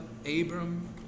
Abram